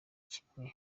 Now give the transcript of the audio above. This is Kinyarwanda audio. kimwe